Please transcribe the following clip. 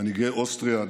מנהיגי אוסטריה,